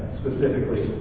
specifically